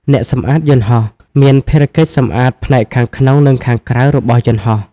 អ្នកសម្អាតយន្តហោះ មានភារកិច្ចសម្អាតផ្នែកខាងក្នុងនិងខាងក្រៅរបស់យន្តហោះ។